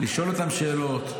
לשאול אותם שאלות.